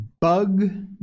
bug